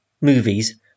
movies